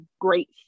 great